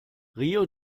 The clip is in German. rio